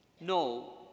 No